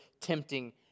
tempting